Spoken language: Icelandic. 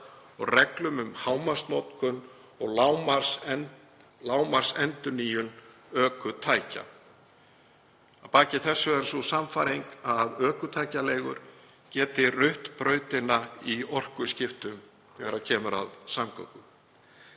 og reglum um hámarksnotkun og lágmarksendurnýjun ökutækja. Að baki þessu er sú sannfæring að ökutækjaleigur geti rutt brautina í orkuskiptum í samgöngum. Að lokum